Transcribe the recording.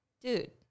dude